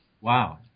Wow